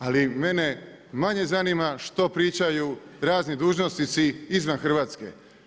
Ali, mene manje zanima, što pričaju razni dužnosnici izvan Hrvatske.